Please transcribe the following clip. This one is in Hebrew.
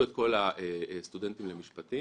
שופטים.